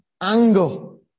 angle